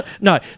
no